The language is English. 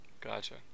gotcha